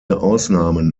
ausnahmen